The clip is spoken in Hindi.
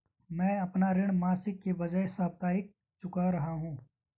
मैं अपना ऋण मासिक के बजाय साप्ताहिक चुका रहा हूँ